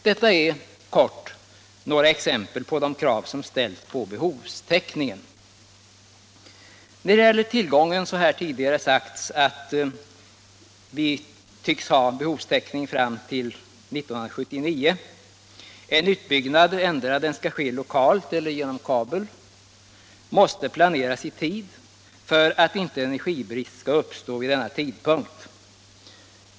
Detta är bara några exempel på de krav som ställs på behovstäckningen. Som jag tidigare sagt beräknas tillgången på elenergi räcka fram t.o.m. 1979. En utbyggnad, oavsett om den skall ske lokalt eller genom kabel, måste planeras i god tid för att inte elenergibrist skall uppstå vid nämnda tidpunkt.